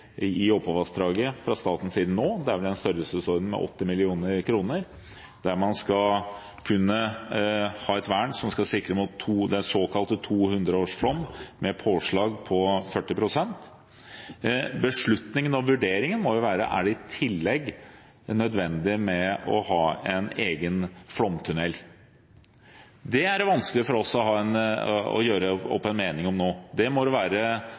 størrelsesorden 8 mill. kr. Man skal kunne ha et vern som skal sikre mot såkalt 200-årsflom med påslag på 40 pst. Vurderingen må være: Er det i tillegg nødvendig å ha en egen flomtunnel? Det er det vanskelig for oss å gjøre oss opp en mening om nå. Det må det være